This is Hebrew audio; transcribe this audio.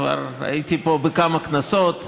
כבר הייתי פה בכמה כנסות,